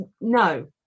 no